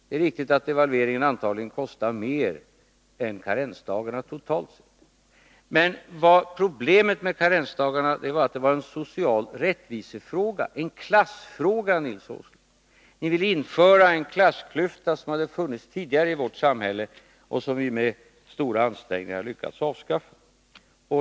Det är riktigt att devalveringen antagligen kostar mer än karensdagarna totalt sett. Problemet med karensdagarna var en social rättvisefråga, en klassfråga, Nils Åsling! Ni ville införa en klassklyfta som hade funnits tidigare i vårt samhälle och som vi med stora ansträngningar lyckats avskaffa.